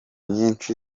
nyinshi